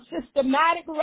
systematic